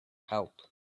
help